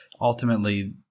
ultimately